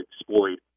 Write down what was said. exploit